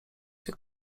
się